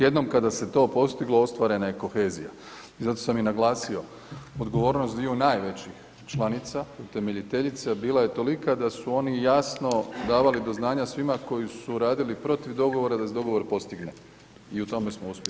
Jednom kada se to postiglo ostvarena je kohezija i zato sam i naglasio odgovornost dviju najvećih članica utemeljiteljica bila je tolika da su oni jasno davali do znanja svima koji su radili protiv dogovora da se dogovor postigne i u tome smo uspjeli.